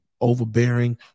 overbearing